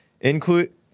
include